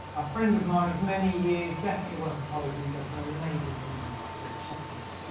a friend of mine of many years, definitely worth a follow, because he does some amazing things on his bike. so check him out.